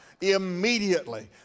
immediately